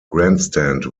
grandstand